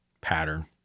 pattern